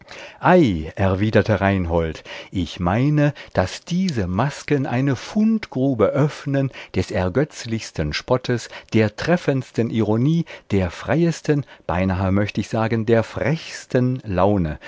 reinhold ich meine daß diese masken eine fundgrube öffnen des ergötzlichsten spottes der treffendsten ironie der freiesten beinahe macht ich sagen der frechsten laune